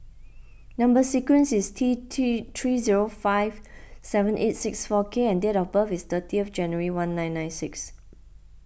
Number Sequence is T three zero five seven eight six four K and date of birth is thirty January nineteen ninety six